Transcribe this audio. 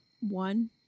one